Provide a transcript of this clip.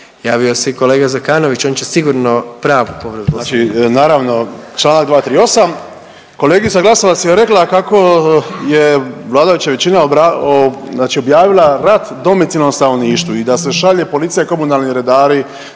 poslovnika. **Zekanović, Hrvoje (HDS)** Znači, naravno čl. 238. kolegica Glasovac je rekla kako je vladajuća većina objavila rat domicilnom stanovništvu i da se šalje policija, komunalni redari